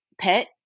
pet